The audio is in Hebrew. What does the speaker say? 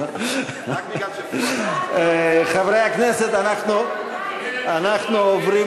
חברי הכנסת, אנחנו עוברים